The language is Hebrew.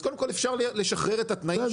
אז קודם כל אפשר לשחרר את התנאים --- בסדר,